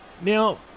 Now